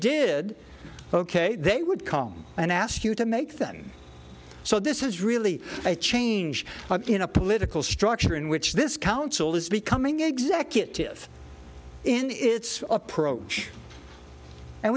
did ok they would come and ask you to make them so this is really a change in a political structure in which this council is becoming executive in its approach and